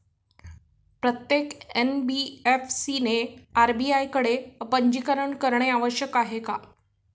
प्रत्येक एन.बी.एफ.सी ने आर.बी.आय कडे पंजीकरण करणे आवश्यक आहे का?